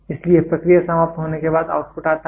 इसलिए प्रक्रिया समाप्त होने के बाद आउटपुट आता है